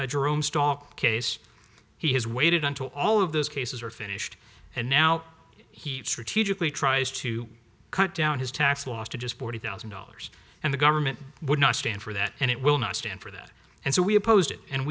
stall case he has waited until all of those cases are finished and now he strategically tries to cut down his tax loss to just forty thousand dollars and the government would not stand for that and it will not stand for that and so we opposed